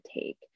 take